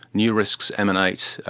new risks emanate,